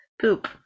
poop